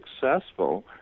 successful